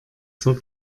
zur